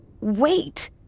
Wait